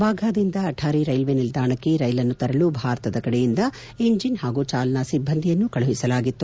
ವಾಘಾದಿಂದ Attari railway ನಿಲ್ಲಾಣಕ್ಕೆ ರೈಲನ್ನು ತರಲು ಭಾರತದ ಕಡೆಯಿಂದ ಎಂಜಿನ್ ಹಾಗೂ ಚಾಲನಾ ಸಿಬ್ಲಂದಿಯನ್ನು ಅಲ್ಲಿಗೆ ಕಳುಹಿಸಲಾಗಿತ್ತು